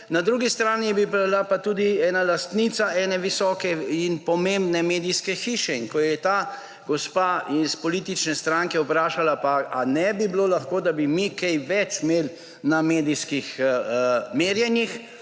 na drugi strani je bila pa tudi lastnica neke visoke in pomembne medijske hiše. In ko je ta gospa iz politične stranke vprašala: »Ali ne bi bilo mogoče, da bi mi kaj več imeli na medijskih merjenjih?«